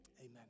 amen